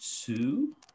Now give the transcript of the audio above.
two